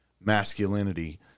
masculinity